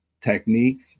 technique